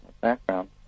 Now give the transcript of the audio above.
background